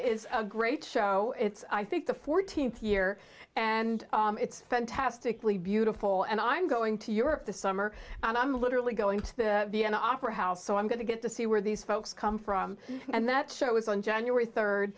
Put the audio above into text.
is a great show it's i think the fourteenth year and it's fantastically beautiful and i'm going to europe this summer and i'm literally going to be an opera house so i'm going to get to see where these folks come from and that show is on january third